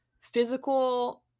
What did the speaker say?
physical